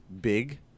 big